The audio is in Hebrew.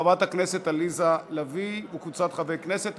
של חברת הכנסת עליזה לביא וקבוצת חברי הכנסת.